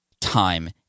time